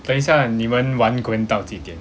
等一下你们玩 gwen 到几点